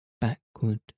Backward